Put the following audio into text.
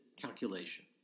Calculation